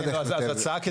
אז הצעה,